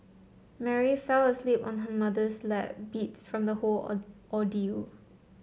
Mary fell asleep on her mother's lap beat from the whole ordeal